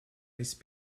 ice